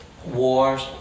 Wars